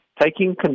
taking